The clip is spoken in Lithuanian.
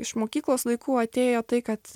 iš mokyklos laikų atėjo tai kad